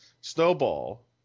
Snowball